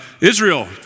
Israel